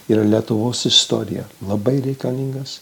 ir lietuvos istorija labai reikalingas